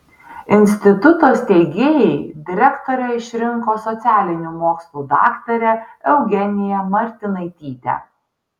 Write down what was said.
instituto steigėjai direktore išrinko socialinių mokslų daktarę eugeniją martinaitytę